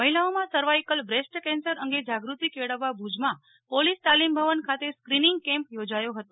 મહિલાઓમાં cervical breast cancer અંગે જાગૃતિ કેળવવા ભુજમાં પોલીસ તાલીમ ભવન ખાતે સ્ક્રીનીંગ કેમ્પ યોજાયો હતો